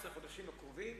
ב-17 החודשים הקרובים,